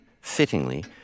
Fittingly